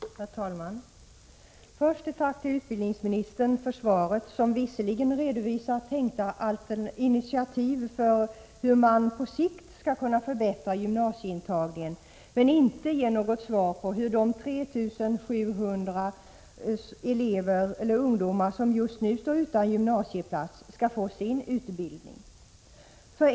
Herr talman! Först ett tack till utbildningsministern för svaret, som visserligen redovisar tänkta initiativ för hur man på sikt skall kunna förbättra gymnasieintagningen, men inte ger något svar på hur de 3 700 ungdomar som just nu står utan gymnasieplats skall få sin utbildning.